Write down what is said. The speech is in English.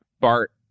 Bart